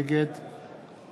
נגד